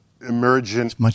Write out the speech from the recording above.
emergent